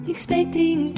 expecting